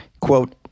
Quote